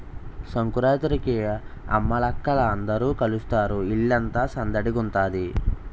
సంకురాత్రికి అమ్మలక్కల అందరూ కలుస్తారు ఇల్లంతా సందడిగుంతాది